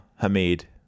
hamid